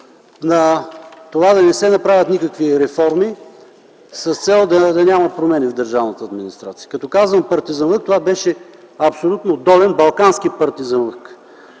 на това да не се направят никакви реформи с цел да няма промени в държавната администрация. Като казвам „партизанлък” това беше абсолютно долен „балкански партизанлък”,